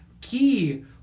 key